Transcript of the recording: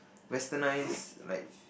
westernised like